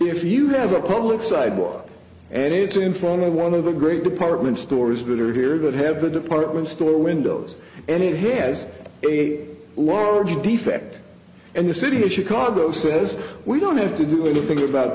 if you have a public sidewalk and it's in front of one of the great department stores that are here could have a department store windows and it has a large defect and the city of chicago says we don't have to do anything about